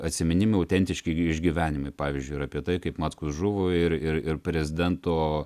atsiminimai autentiški išgyvenimai pavyzdžiui apie tai kaip mackus žuvo ir ir prezidento